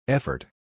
Effort